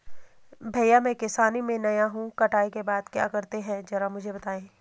भैया मैं किसानी में नया हूं कटाई के बाद क्या करते हैं जरा मुझे बताएं?